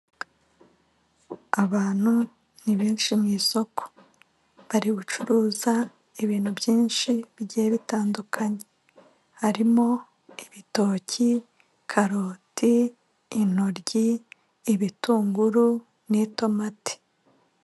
Abantu ni benshi mu isoko. Bari bucuruze ibintu byinshi bigiye bitandukanye. Harimo: ibitoki, karoti, intoryi, ibitunguru, n'itomati.